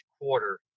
quarter